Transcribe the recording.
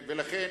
ולכן,